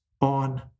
on